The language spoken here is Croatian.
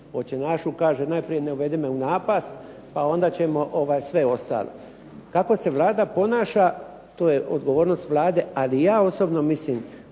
"Oče našu" kaže najprije "Ne uvedi me u napast" pa onda ćemo sve ostalo. Kako se Vlada ponaša to je odgovornost Vlade, ali ja osobno mislim